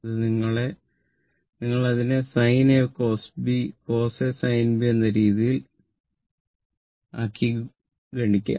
ഇത് നിങ്ങൾ അതിനെ sin A cos B cos A sin B എന്ന രീതിയിൽ ആക്കി ഗണിക്കാം